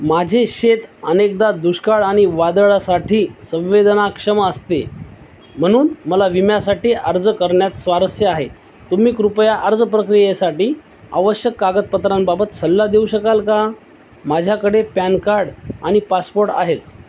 माझे शेत अनेकदा दुष्काळ आणि वादळासाठी संवेदनाक्षम असते म्हणून मला विम्यासाठी अर्ज करण्यात स्वारस्य आहे तुम्ही कृपया अर्ज प्रक्रियेसाठी आवश्यक कागदपत्रांबाबत सल्ला देऊ शकाल का माझ्याकडे पॅन कार्ड आणि पासपोर्ट आहेत